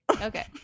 Okay